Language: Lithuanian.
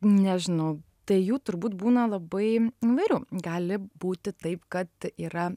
nežinau tai jų turbūt būna labai įvairių gali būti taip kad yra